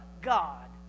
God